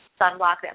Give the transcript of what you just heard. sunblock